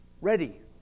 ready